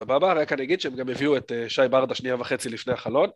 סבבה, רק אני אגיד שהם גם הביאו את שי בארדה שנייה וחצי לפני החלון.